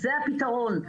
זה הפתרון.